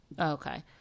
okay